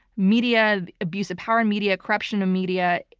media, abusive power and media, corruption of media,